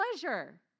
pleasure